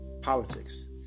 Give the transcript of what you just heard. politics